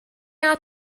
out